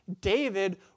David